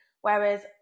Whereas